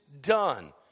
done